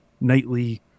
nightly